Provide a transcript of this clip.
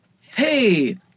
hey